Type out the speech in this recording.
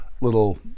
little